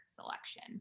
selection